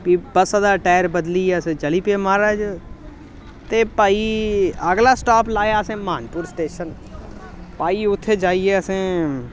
भी बस्सा दा टायर बदलियै अस चली पे महाराज ते भाई अगला स्टाप लाया असें म्हानपुर स्टेशन भाई उत्थै जाइयै असें